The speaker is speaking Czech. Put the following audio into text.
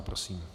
Prosím.